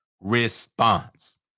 response